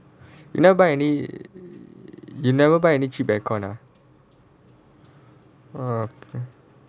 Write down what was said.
you never buy any you never buy any cheap aircon ah